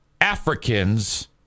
Africans